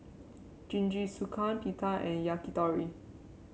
Jingisukan Pita and Yakitori